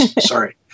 sorry